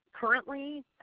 currently